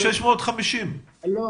650. לא,